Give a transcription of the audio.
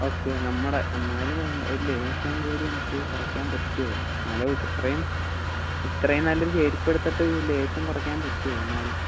okay നമ്മടെ എന്നാലും ഒരു ലേശംകൂടി ഒന്ന് ഇച്ചിരിയൊന്നു കുറക്കാൻ പറ്റുമോ എന്നാലും ഇത്രയും ഇത്രയും നല്ലൊരു ചെരുപ്പെടുത്തിട്ട് ലേശം കുറക്കാൻ പറ്റുമോ എന്നാലും